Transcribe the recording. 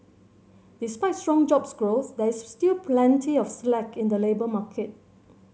despite strong jobs growth there is still plenty of slack in the labour market